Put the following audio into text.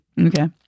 Okay